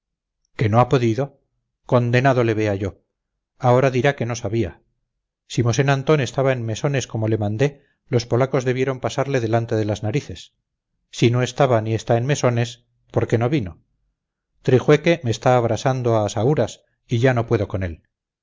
que no ha podido condenado le vea yo ahora dirá que no sabía si mosén antón estaba en mesones como le mandé los polacos debieron pasarle delante de las narices si no estaba ni está en mesones por qué no vino trijueque me está abrasando las asaúras y ya no puedo con él